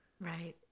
Right